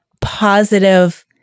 positive